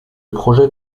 projet